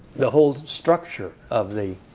the whole structure of the,